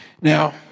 Now